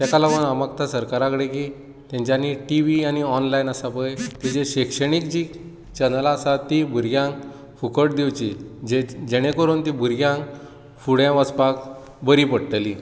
ताका लागून हांव मागता सरकारा कडेन की तांच्यानी टीव्ही आनी ऑनलायन आसा पळय ताचेर शिक्षणीक जी चॅनलां आसात ती भुरग्यांक फुकट दिवची जेणे करून ती भुरग्यांक फुडें वचपाक बरीं पडटलीं